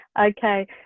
Okay